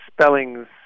spellings